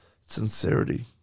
sincerity